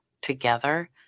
together